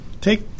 take